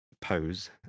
pose